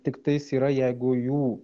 tiktais yra jeigu jų